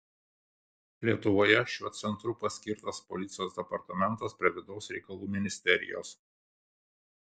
lietuvoje šiuo centru paskirtas policijos departamentas prie vidaus reikalų ministerijos